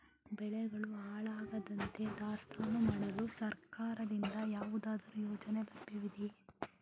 ಬೆಳೆಗಳು ಹಾಳಾಗದಂತೆ ದಾಸ್ತಾನು ಮಾಡಲು ಸರ್ಕಾರದಿಂದ ಯಾವುದಾದರು ಯೋಜನೆ ಲಭ್ಯವಿದೆಯೇ?